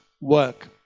work